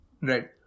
Right